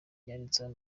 yanditseho